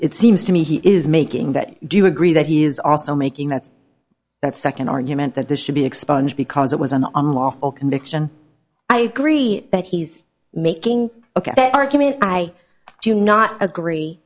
it seems to me he is making that do you agree that he is also making that that second argument that this should be expunged because it was an unlawful conviction i agree that he's making ok argument i do not agree